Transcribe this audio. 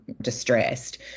distressed